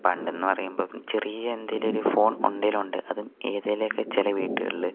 പണ്ടെന്ന് പറയുമ്പം ചെറിയ എന്തേലൊരു ഫോൺ ഉണ്ടേലൊണ്ട് അതും ഏതേലക്കെ ചില വീട്ടുകളില്